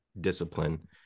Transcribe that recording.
discipline